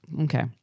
Okay